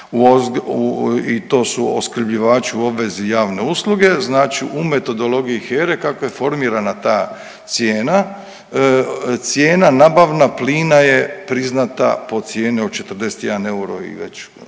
i to su opskrbljivači u obvezi javne usluge, znači u metodologiji HERA-e kako je formirana ta cijena. Cijena nabavna plina je priznata po cijeni od 41 euro i već